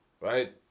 right